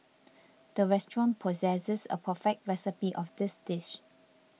the restaurant possesses a perfect recipe of this dish